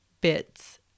bits